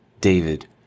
David